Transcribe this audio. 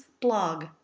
Blog